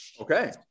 okay